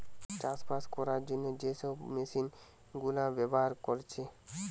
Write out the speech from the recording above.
চাষবাস কোরার জন্যে যে সব মেশিন গুলা ব্যাভার কোরছে